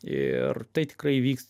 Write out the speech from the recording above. ir tai tikrai įvyks